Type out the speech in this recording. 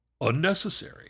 unnecessary